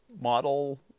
model